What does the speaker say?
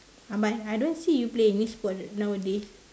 uh but I don't see you play any sports [what] nowadays